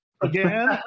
Again